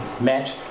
met